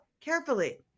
carefully